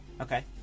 Okay